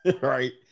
right